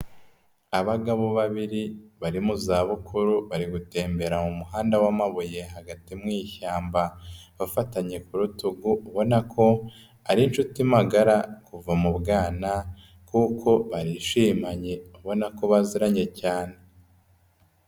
Abagabo babiri bari mu zabukuru bari gutembera mu muhanda w'amabuye hagati mu ishyamba, bafatanye ku rutugu ubona ko ari inshuti magara kuva mu bwana kuko barishimanye ubona ko baziranye cyane.